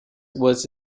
was